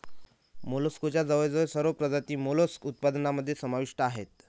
मोलस्कच्या जवळजवळ सर्व प्रजाती मोलस्क उत्पादनामध्ये समाविष्ट आहेत